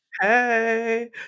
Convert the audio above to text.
hey